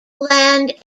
land